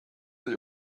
that